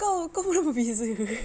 kau kau pun berbeza